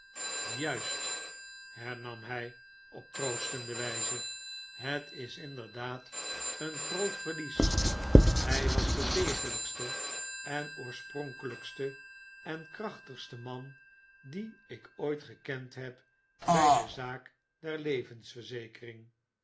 juist hernam hy op troostende wyze het is inderdaad een groot verlies hy was de degelijkste de oorspronkelijkste en de krachtigste man die ik ooit gekend heb by de zaak der levensverzekering